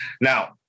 Now